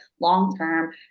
long-term